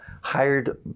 hired